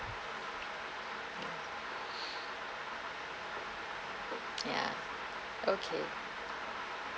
ya okay